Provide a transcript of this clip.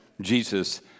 Jesus